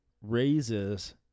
raises